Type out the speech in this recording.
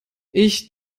ich